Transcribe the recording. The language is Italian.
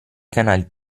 canali